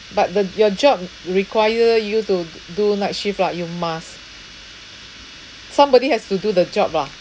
but the your job require you to do night shift lah you must somebody has to do the job lah